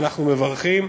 ואנחנו מברכים.